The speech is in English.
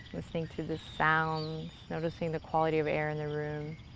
listening to the sounds, noticing the quality of air in the room.